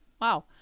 Wow